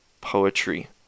poetry